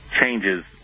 changes